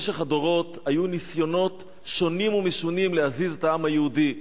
במשך הדורות היו ניסיונות שונים ומשונים להזיז את העם היהודי.